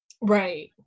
Right